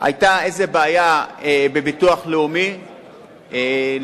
היתה איזו בעיה בביטוח לאומי לקשישים,